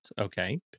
Okay